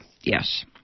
Yes